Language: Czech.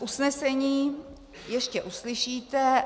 Usnesení ještě uslyšíte.